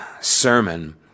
sermon